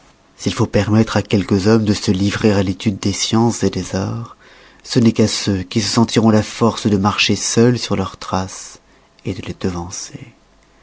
s'il faut permettre à quelques hommes de se livrer à l'étude des sciences des arts ce qu'à ceux qui se sentiront la force de marcher seuls sur leurs traces de les devancer